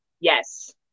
Yes